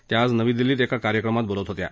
त्या आज नवी दिल्लीत एका कार्यक्रमात बोलत होत्या